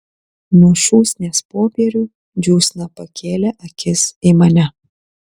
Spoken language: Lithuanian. nuo šūsnies popierių džiūsna pakėlė akis į mane